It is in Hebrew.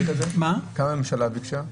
כמה הממשלה ביקשה להאריך?